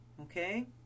Okay